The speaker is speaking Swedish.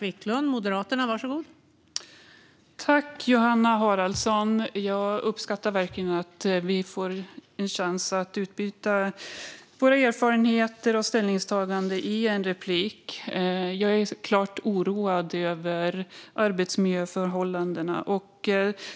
Fru talman! Tack, Johanna Haraldsson! Jag uppskattar verkligen att vi får en chans att utbyta erfarenheter och ställningstaganden i en replik. Jag är klart oroad över arbetsmiljöförhållandena.